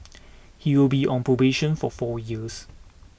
he will be on probation for four years